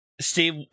Steve